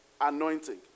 anointing